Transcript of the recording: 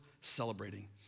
celebrating